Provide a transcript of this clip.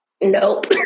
Nope